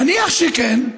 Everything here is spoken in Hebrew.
נניח שכן,